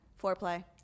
Foreplay